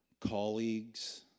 Colleagues